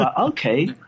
okay